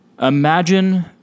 imagine